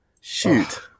Shoot